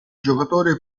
giocatore